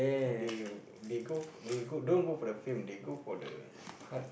they they go they go don't go for the fame they go for the heart